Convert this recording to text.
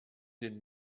den